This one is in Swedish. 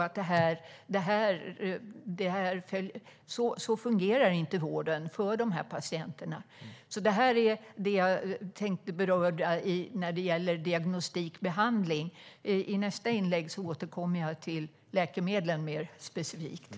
Vården fungerar inte på det sättet för de här patienterna. Det här är det som jag har tänkt beröra när det gäller diagnostikbehandling. Jag återkommer mer specifikt till läkemedlen i nästa inlägg.